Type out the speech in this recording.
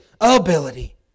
Ability